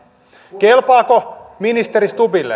kelpaako ministeri stubbille